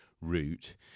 route